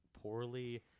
poorly